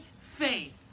faith